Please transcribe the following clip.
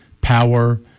power